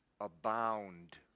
abound